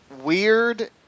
weird